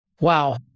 Wow